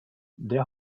der